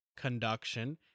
conduction